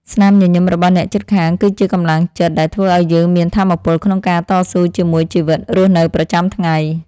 ស្នាមញញឹមរបស់អ្នកជិតខាង គឺជាកម្លាំងចិត្តដែលធ្វើឱ្យយើងមានថាមពលក្នុងការតស៊ូជាមួយជីវិតរស់នៅប្រចាំថ្ងៃ។